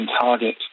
target